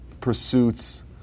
pursuits